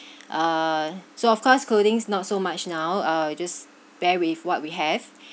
uh so of course clothings not so much now ah we just bear with what we have